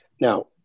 Now